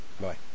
Bye